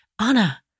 Anna